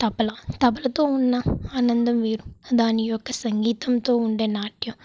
తబల తబలతో ఉన్న ఆనందం వేరు దాని యొక్క సంగీతంతో ఉండేనాట్యం